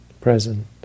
present